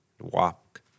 Walk